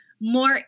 more